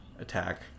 attack